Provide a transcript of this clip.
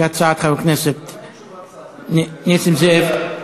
כהצעת חבר הכנסת נסים זאב.